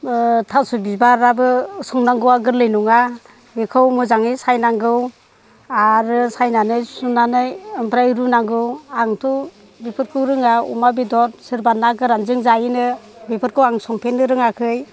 थास' बिबाराबो संनांगौआ गोरलै नङा बिखौ मोजाङै सायनांगौ आरो सायनानै सुनानै ओमफ्राय रुनांगौ आंथ' बेफोरखौ रोङा अमा बेदर सोरबा ना गोरानजों जायो नो बेफोरखौ आं संफेरनो रोङाखै